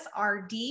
RD